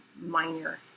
minor